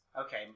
Okay